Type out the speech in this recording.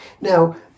Now